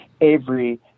Avery